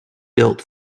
built